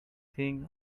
think